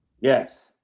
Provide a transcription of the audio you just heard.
Yes